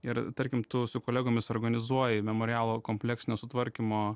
ir tarkim tu su kolegomis organizuoji memorialo kompleksinio sutvarkymo